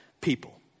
people